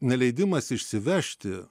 neleidimas išsivežti